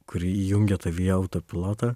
kuri įjungia tavyje autopilotą